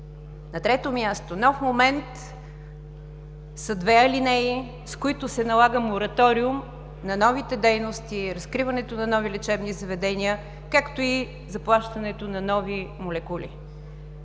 На трето място, нов момент са две алинеи, с които се налага мораториум на новите дейности – разкриването на нови лечебни заведения, както и заплащането на нови молекули.